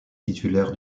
titulaire